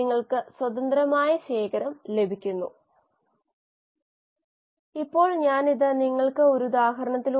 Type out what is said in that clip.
നമുക്ക് നിരവധി വ്യത്യസ്ത സബ്സ്ട്രേറ്റുകൾ ഉണ്ടാകാം നമ്മൾ കാർബൺ ഉറവിടത്തെ പറ്റി കണ്ടു നൈട്രജൻ ഉറവിടം കണ്ടു ഊർജ്ജ ഉറവിടം എന്നിവയെക്കുറിച്ച് സംസാരിച്ചു